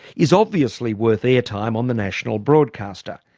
is obviously worth airtime on the national broadcaster.